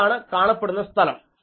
ഇതാണ് കാണപ്പെടുന്ന സ്ഥലം